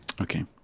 Okay